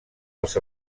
els